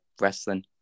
wrestling